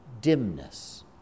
dimness